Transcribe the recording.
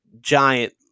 giant